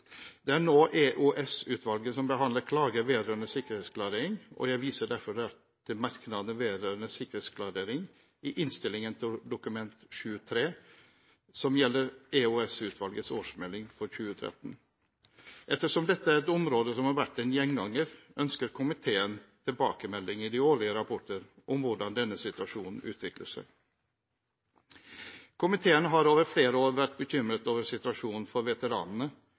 Det er nå EOS-utvalget som behandler klager vedrørende sikkerhetsklarering, og jeg viser derfor til merknadene vedrørende sikkerhetsklarering i innstillingen til Dokument 7:3, som gjelder EOS-utvalgets årsmelding for 2013. Ettersom dette er et område som har vært en gjenganger, ønsker komiteen tilbakemelding i de årlige rapporter om hvordan denne situasjonen utvikler seg. Komiteen har over flere år vært bekymret for situasjonen til veteranene